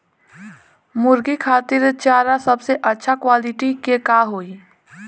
मुर्गी खातिर चारा सबसे अच्छा क्वालिटी के का होई?